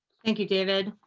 thank you, david.